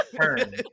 turn